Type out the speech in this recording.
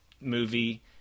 movie